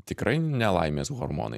tikrai ne laimės hormonai